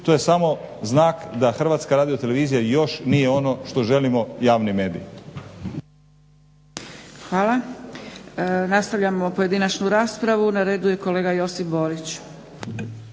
to je samo znak da Hrvatska radiotelevizija još nije ono što želimo javni medij. **Zgrebec, Dragica (SDP)** Hvala. Nastavljamo pojedinačnu raspravu. Na redu je kolega Josip Borić.